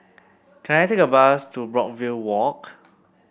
can I take a bus to Brookvale Walk